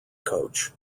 coach